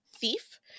thief